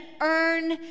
earn